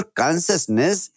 consciousness